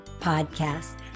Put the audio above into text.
Podcast